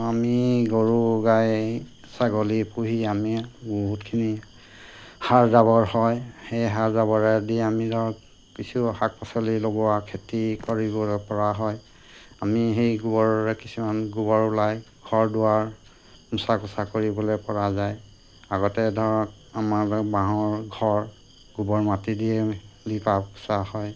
আমি গৰু গাই ছাগলী পুহি আমি বহুতখিনি সাৰ জাৱৰ হয় সেই সাৰ জাৱৰেদি আমি ধৰক কিছু শাক পাচলি লগোৱা খেতি কৰিবলৈ পৰা হয় আমি সেই গোবৰেৰে কিছুমান গোবৰ ওলায় ঘৰ দুৱাৰ মোচা কোচা কৰিবলৈ পৰা যায় আগতে ধৰক আমাৰ বাঁহৰ ঘৰ গোবৰ মাটি দিয়ে দি হয়